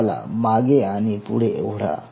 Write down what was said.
त्याला मागे आणि पुढे ओढा